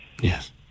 yes